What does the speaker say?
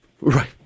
Right